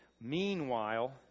Meanwhile